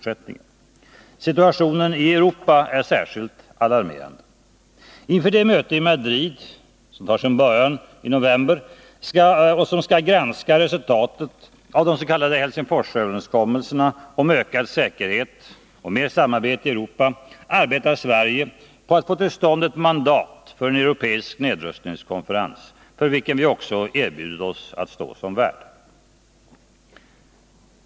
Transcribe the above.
Situationen i Europa är särskilt alarmerande. Inför det möte i Madrid i november som skall granska resultatet av de s.k. Helsingforsöverenskommelserna om ökad säkerhet och mer samarbete i Europa arbetar Sverige på att få till stånd ett mandat för en europeisk nedrustningskonferens, för vilken vi också erbjudit oss att stå som värd.